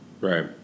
Right